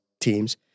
teams